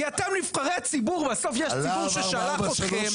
כי אתם נבחרי הציבור, בסוף יש ציבור ששלח אתכם.